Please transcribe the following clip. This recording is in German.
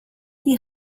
die